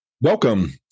Welcome